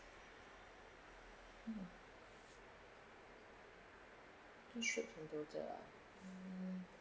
mm how much in total ah